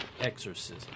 Exorcism